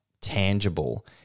tangible